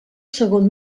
segon